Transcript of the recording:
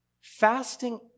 fasting